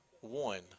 one